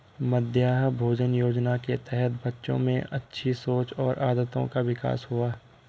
मध्याह्न भोजन योजना के तहत बच्चों में अच्छी सोच और आदतों का विकास हुआ